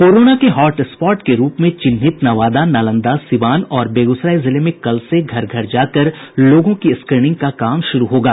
corona के hotspot के रूप में चिन्हित नवादा नालंदा सीवान और बेगूसराय जिले में कल से घर घर जाकर लोगों की स्क्रीनिंग का काम शुरू होगा